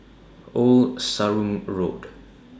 Old Sarum Road